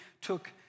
took